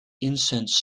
incense